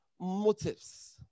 motives